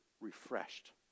refreshed